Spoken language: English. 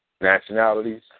nationalities